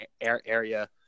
area